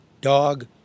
dog